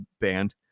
band